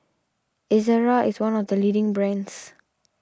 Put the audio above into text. Ezerra is one of the leading brands